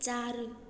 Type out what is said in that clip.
चारि